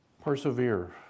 Persevere